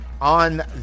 On